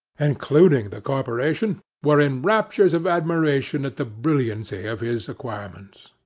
including the corporation, were in raptures of admiration at the brilliancy of his acquirements.